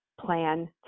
plan